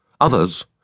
Others—